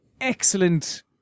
excellent